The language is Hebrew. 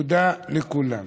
תודה לכולם.